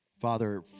Father